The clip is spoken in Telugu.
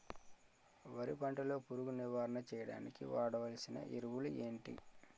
వరి పంట లో పురుగు నివారణ చేయడానికి వాడాల్సిన ఎరువులు ఏంటి?